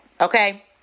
Okay